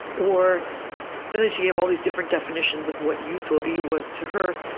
or and then she gave all these different definitions of what yutori was, to her.